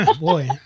boy